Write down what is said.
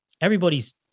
everybody's